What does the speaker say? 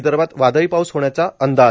विदर्भात वादळी पाऊस होण्याचा अंदाज